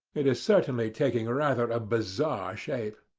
it is certainly taking rather a bizarre shape.